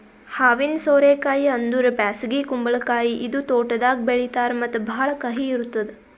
ಹಾವಿನ ಸೋರೆ ಕಾಯಿ ಅಂದುರ್ ಬ್ಯಾಸಗಿ ಕುಂಬಳಕಾಯಿ ಇದು ತೋಟದಾಗ್ ಬೆಳೀತಾರ್ ಮತ್ತ ಭಾಳ ಕಹಿ ಇರ್ತುದ್